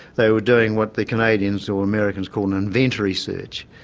they were doing what the canadians or americans call an inventory search,